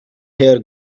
here